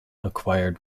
acquired